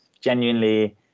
genuinely